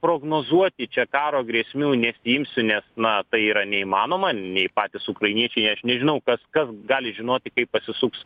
prognozuoti čia karo grėsmių nesiimsiu nes na tai yra neįmanoma nei patys ukrainiečiai aš nežinau kas kas gali žinoti kaip pasisuks